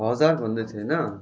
हजार भन्दैथियो होइन